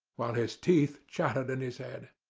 while his teeth chattered in his head.